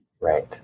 Right